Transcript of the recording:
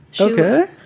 Okay